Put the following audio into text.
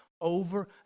over